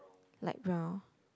light brown